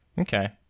Okay